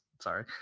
sorry